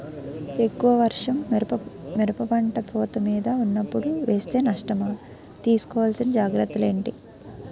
ఎక్కువ వర్షం మిరప పంట పూత మీద వున్నపుడు వేస్తే నష్టమా? తీస్కో వలసిన జాగ్రత్తలు ఏంటి?